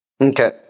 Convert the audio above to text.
Okay